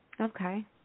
Okay